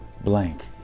blank